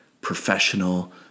professional